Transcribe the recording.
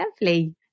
lovely